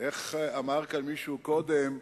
איך אמר כאן מישהו קודם?